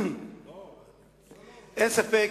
אין ספק